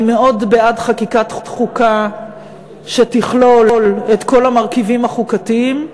אני מאוד בעד חקיקת חוקה שתכלול את כל המרכיבים החוקתיים.